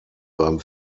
beim